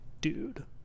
dude